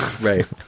Right